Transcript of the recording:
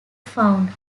found